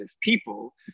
people